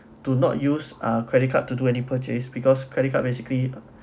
do not use ah credit card to do any purchase because credit card basically